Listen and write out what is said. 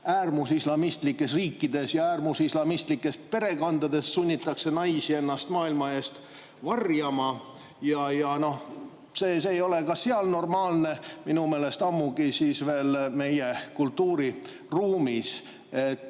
äärmusislamistlikes riikides ja äärmusislamistlikes perekondades sunnitakse naisi ennast maailma eest varjama. Noh, see ei ole ka seal normaalne, minu meelest ammugi siis veel meie kultuuriruumis. See